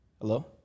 Hello